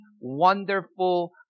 wonderful